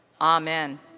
Amen